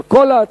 על כל ההצעות